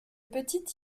petit